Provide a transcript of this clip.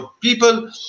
people